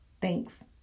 thanks